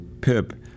Pip